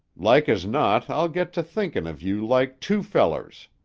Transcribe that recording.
like as not i'll get to thinkin' of you like two fellers.